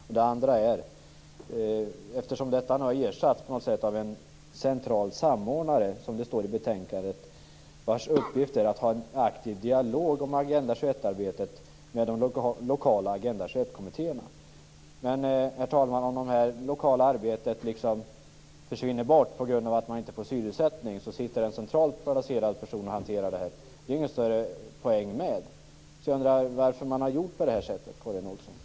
För det andra: Detta har ersatts av en central samordnare, som det står i betänkandet, vars uppgift är att upprätthålla en aktiv dialog om Agenda 21-arbetet med de lokala Agenda 21-kommittéerna. Herr talman! Det är inte någon större poäng i att det lokala arbetet får försvinna genom att det inte får denna syrsättning och i stället låta en centralt placerad person få hantera verksamheten. Jag undrar varför man har gjort på det här sättet, Karin Olsson.